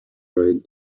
ride